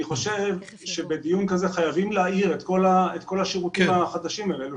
אני חושב שבדיון כזה חייבים להעיר את כל השירותים החדשים האלה.